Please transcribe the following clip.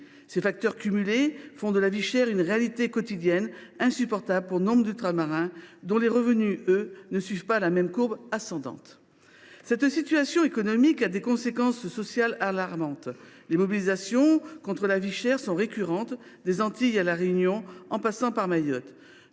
Ces facteurs cumulés font de la vie chère une réalité quotidienne de plus en plus insupportable pour nombre d’Ultramarins, dont les revenus, eux, ne suivent pas la même courbe ascendante. Cette situation économique a des conséquences sociales alarmantes. Les mobilisations contre la vie chère sont récurrentes, des Antilles à La Réunion, en passant par Mayotte.